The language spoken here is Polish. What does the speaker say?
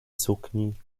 sukni